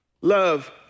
love